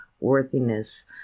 worthiness